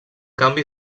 canvi